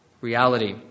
reality